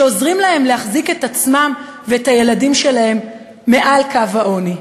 שעוזר להם להחזיק את עצמם ואת הילדים שלהם מעל קו העוני.